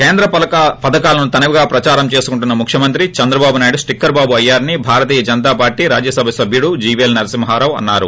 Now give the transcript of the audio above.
కేంద్ర పథకాలను తనవిగా ప్రదారం చేసుకుంటున్న ముఖ్యమంత్రి చంద్రబాబు నాయుడు స్టిక్కర్ బాబు అయ్యారని భారతీయ జనతా పార్టీ రాజ్యసభ సభ్యుడు జీవీఎల్ నరసింహారావు అన్నారు